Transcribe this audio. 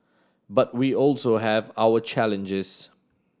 but we also have our challenges